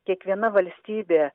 kiekviena valstybė